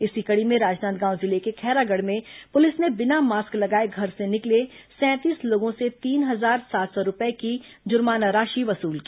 इसी कड़ी में राजनांदगांव जिले के खैरागढ़ में पुलिस ने बिना मास्क लगाए घर से निकले सैंतीस लोगों से तीन हजार सात सौ रूपये की वसूली की